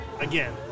again